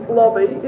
lobby